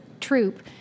troop